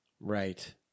Right